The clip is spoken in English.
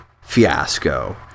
fiasco